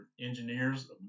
engineers